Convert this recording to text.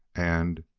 and,